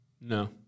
No